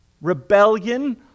Rebellion